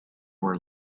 were